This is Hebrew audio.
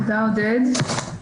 תודה, עודד.